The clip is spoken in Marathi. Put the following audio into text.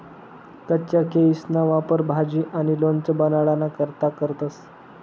कच्चा केयीसना वापर भाजी आणि लोणचं बनाडाना करता करतंस